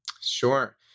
Sure